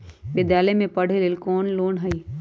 विद्यालय में पढ़े लेल कौनो लोन हई?